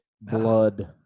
blood